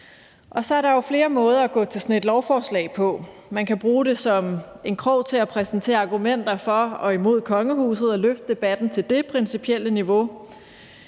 Så er der jo flere måder at gå til sådan et lovforslag på. Man kan bruge det som en krog til at præsentere argumenter for og imod kongehuset med og løfte debatten til det principielle niveau